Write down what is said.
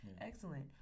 Excellent